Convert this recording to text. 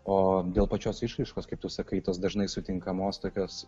o dėl pačios išraiškos kaip tu sakai tos dažnai sutinkamos tokios